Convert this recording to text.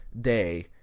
day